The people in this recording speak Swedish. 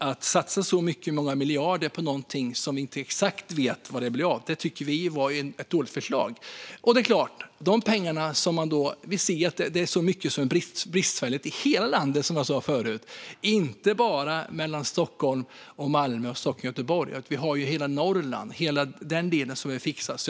Att satsa på något som vi inte vet exakt vad det blir av tyckte vi alltså var ett dåligt förslag. Vi ser att det är bristfälligt i hela landet, som jag sa förut, inte bara mellan Stockholm och Malmö och Stockholm och Göteborg. Vi har ju hela Norrland, hela den delen, som behöver fixas.